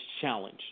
challenge